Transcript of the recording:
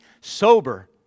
sober